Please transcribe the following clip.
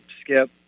Skip